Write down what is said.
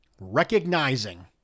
Recognizing